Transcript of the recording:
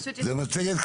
זה מצגת קצרה,